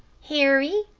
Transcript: harry,